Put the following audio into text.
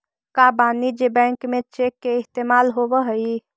का वाणिज्य बैंक में चेक के इस्तेमाल होब हई?